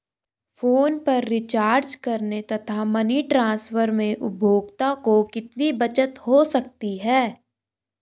Phone पर recharge करने तथा मनी ट्रांसफर में उपभोक्ता को कितनी बचत हो सकती है?